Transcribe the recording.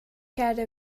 کرده